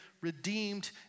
redeemed